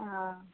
हँ